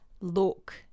look